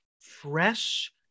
fresh